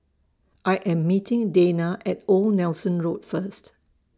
I Am meeting Dayna At Old Nelson Road First